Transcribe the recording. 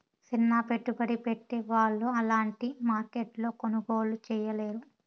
సిన్న పెట్టుబడి పెట్టే వాళ్ళు అలాంటి మార్కెట్లో కొనుగోలు చేయలేరు